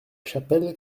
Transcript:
chapelle